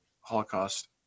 Holocaust